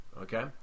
okay